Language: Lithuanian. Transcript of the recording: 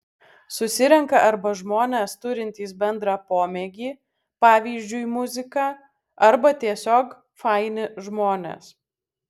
susirenka arba žmonės turintys bendrą pomėgį pavyzdžiui muziką arba tiesiog faini žmonės